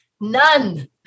none